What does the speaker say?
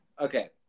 okay